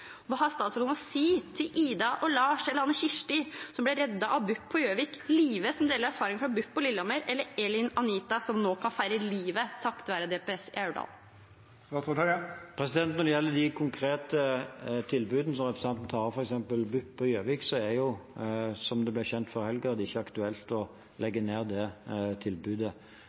Hva har statsråden å si til Ida og Lars, eller til Anne Kirsti, som ble reddet av BUP på Gjøvik, til Live, som deler erfaringer fra BUP på Lillehammer, eller til Elin Anita, som nå kan feire livet takket være DPS i Aurdal? Når det gjelder de konkrete tilbudene som representanten tar opp, f.eks. BUP på Gjøvik, så er det jo, som det ble kjent før helgen, ikke aktuelt å legge ned det tilbudet.